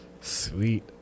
Sweet